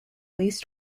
least